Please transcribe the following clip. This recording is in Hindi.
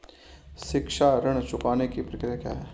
शिक्षा ऋण चुकाने की प्रक्रिया क्या है?